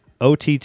OTT